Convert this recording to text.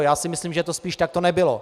Já si myslím, že to spíš takto nebylo.